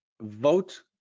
vote